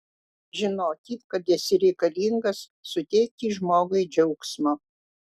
žinoti kad esi reikalingas suteikti žmogui džiaugsmo